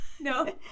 No